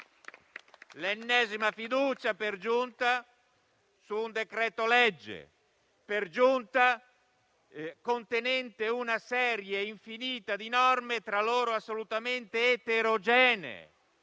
L'ennesima fiducia, per giunta su un decreto-legge, per giunta contenente una serie infinita di norme tra loro assolutamente eterogenee: